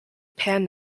pan